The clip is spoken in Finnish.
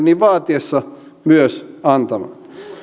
niin vaatiessa apua myös antamaan